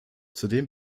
zudem